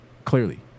clearly